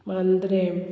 Mandrem